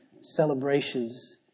celebrations